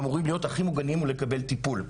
אמורים להיות הכי מוגנים ולקבל טיפול.